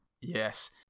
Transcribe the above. Yes